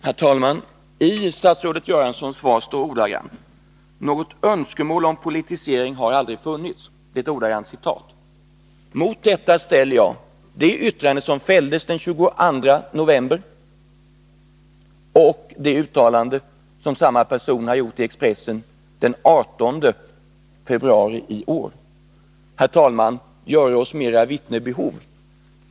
Herr talman! I statsrådet Göranssons svar står ordagrant: ”Något önskemål om en politisering har aldrig funnits.” Mot detta ställer jag det yttrande som fälldes den 22 november förra året och det uttalande som samma person har fällt i Expressen den 18 februari i år. Herr talman! Vad göres oss mera vittne behov?